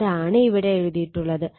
അതാണ് ഇവിടെ എഴുതിയിട്ടുള്ളത്